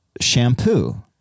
shampoo